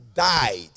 died